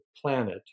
planet